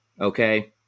Okay